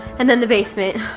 and then the basement.